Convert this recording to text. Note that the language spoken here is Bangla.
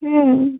হুম